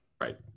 Right